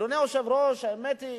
אדוני היושב-ראש, האמת היא